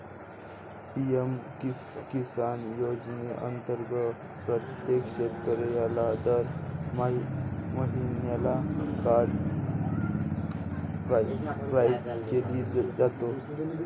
PM Kisan योजनेअंतर्गत प्रत्येक शेतकऱ्याला दर महिन्याला कोड प्राईज दिली जाते